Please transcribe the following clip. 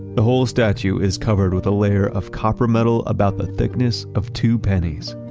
the whole statue is covered with a layer of copper metal about the thickness of two pennies.